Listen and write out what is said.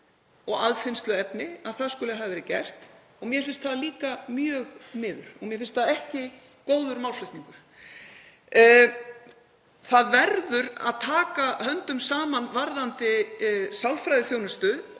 og aðfinnsluefni að það skuli hafa verið gert og mér finnst það líka mjög niður og mér finnst það ekki góður málflutningur. Það verður að taka höndum saman (Forseti hringir.) varðandi sálfræðiþjónustu